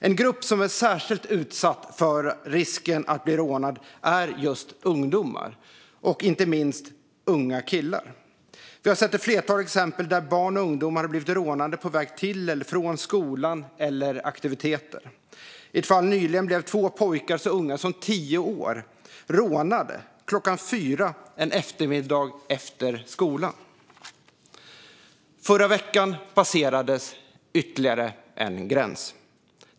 En grupp som är särskilt utsatt för risken att bli rånad är just ungdomar, inte minst unga killar. Vi har sett ett flertal exempel där barn och ungdomar har blivit rånade på väg till eller från skolan och aktiviteter. I ett fall nyligen blev två pojkar så unga som tio år rånade klockan fyra en eftermiddag efter skolan. I förra veckan passerades ytterligare en gräns.